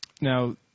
Now